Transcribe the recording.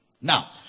Now